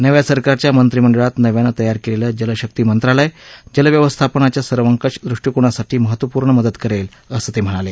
नव्या सरकारच्या मंत्रिमंडळात नव्यानं तयार केलेलं जलशक्ती मंत्रालय जलव्यवस्थापनाच्या सर्वकष दृष्टीकोनासाठी महत्त्वपूर्ण मदत करेल असं ते म्हणाले